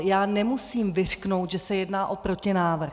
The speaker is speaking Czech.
Já nemusím vyřknout, že se jedná o protinávrh.